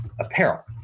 Apparel